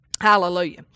Hallelujah